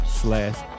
slash